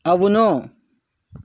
అవును